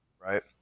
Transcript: right